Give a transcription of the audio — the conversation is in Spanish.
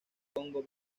congo